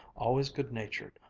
always good-natured,